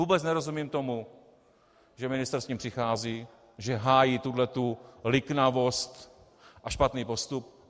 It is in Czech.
Vůbec nerozumím tomu, že ministr s tím přichází, že hájí tuhle liknavost a špatný postup.